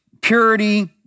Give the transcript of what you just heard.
purity